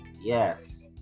yes